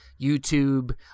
YouTube